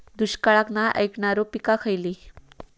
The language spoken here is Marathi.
दुष्काळाक नाय ऐकणार्यो पीका खयली?